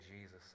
jesus